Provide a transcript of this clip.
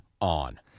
on